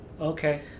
Okay